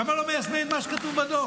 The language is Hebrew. למה לא מיישמים את מה שכתוב בדוח?